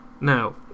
Now